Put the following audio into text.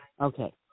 Okay